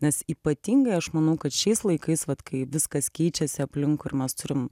nes ypatingai aš manau kad šiais laikais vat kai viskas keičiasi aplinkui ir mes turim